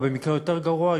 או במקרה היותר גרוע,